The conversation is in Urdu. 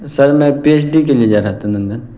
سر میں پی ایچ ڈی کے لیے جا رہا تھا لندن